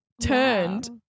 turned